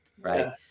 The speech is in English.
right